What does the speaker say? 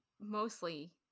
mostly